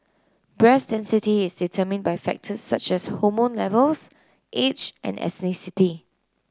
breast density is determined by factors such as hormone levels age and ethnicity